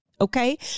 Okay